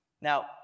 Now